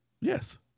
Yes